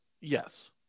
Yes